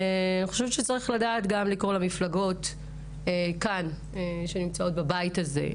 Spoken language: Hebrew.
אני חושב שצריך לקרוא למפלגות שנמצאות כאן בבית הזה,